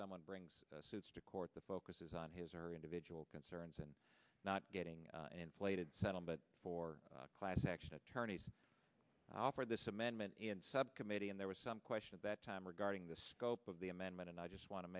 someone brings suits to court the focus is on his or individual concerns and not getting inflated settled but for class action attorneys offered this amendment subcommittee and there was some question of that time regarding the scope of the amendment and i just wan